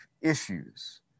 issues